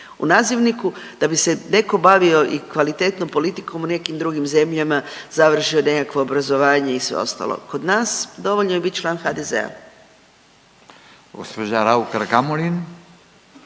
U nazivniku, da bi se netko bavio i kvalitetnom politikom u nekim drugim zemljama, završe nekakvo obrazovanje i sve ostalo. Kod nas, dovoljno je biti član HDZ-a.